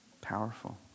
powerful